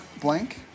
blank